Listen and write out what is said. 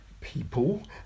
people